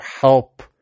help